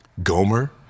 Gomer